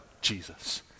Jesus